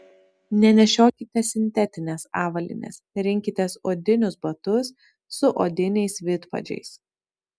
nenešiokite sintetinės avalynės rinkitės odinius batus su odiniais vidpadžiais